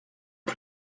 auf